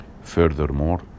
Furthermore